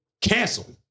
Cancel